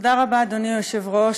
תודה רבה, אדוני היושב-ראש.